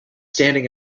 standing